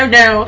no